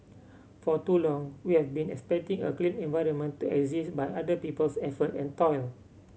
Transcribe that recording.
for too long we have been expecting a clean environment to exist by other people's effort and toil